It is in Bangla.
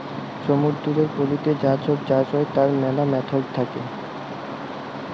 সমুদ্দুরের পলিতে যা ছব চাষ হ্যয় তার ম্যালা ম্যাথড থ্যাকে